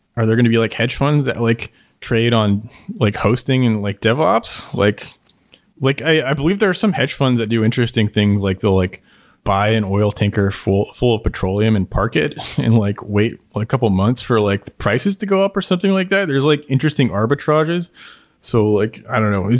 are there going to be like hedge funds that like trade on like hosting and like devops? like like i believe there are some hedge funds that do interesting things, like they'll like buy an oil tanker full full of petroleum and park it and like wait a couple months for the prices to go up or something like that. there's like interesting arbitrages. so like i don't know.